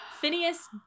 Phineas